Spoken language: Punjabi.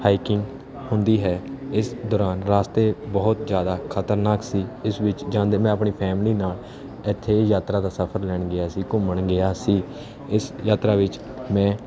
ਹਾਈਕਿੰਗ ਹੁੰਦੀ ਹੈ ਇਸ ਦੌਰਾਨ ਰਾਸਤੇ ਬਹੁਤ ਜ਼ਿਆਦਾ ਖ਼ਤਰਨਾਕ ਸੀ ਇਸ ਵਿੱਚ ਜਾਂਦੇ ਮੈਂ ਆਪਣੀ ਫੈਮਿਲੀ ਨਾਲ ਇੱਥੇ ਯਾਤਰਾ ਦਾ ਸਫ਼ਰ ਲੈਣ ਗਿਆ ਸੀ ਘੁੰਮਣ ਗਿਆ ਸੀ ਇਸ ਯਾਤਰਾ ਵਿੱਚ ਮੈਂ